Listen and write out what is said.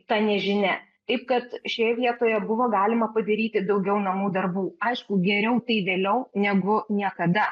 ta nežinia taip kad šioje vietoje buvo galima padaryti daugiau namų darbų aišku geriau tai vėliau negu niekada